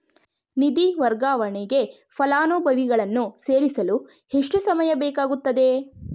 ನಿಧಿ ವರ್ಗಾವಣೆಗೆ ಫಲಾನುಭವಿಗಳನ್ನು ಸೇರಿಸಲು ಎಷ್ಟು ಸಮಯ ಬೇಕಾಗುತ್ತದೆ?